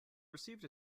received